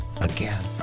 again